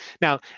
now